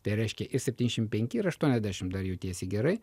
tai reiškia ir septyniasdešimt penki ir aštuoniasdešimt dar jautiesi gerai